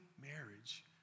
marriage